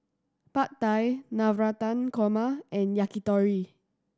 Pad Thai Navratan Korma and Yakitori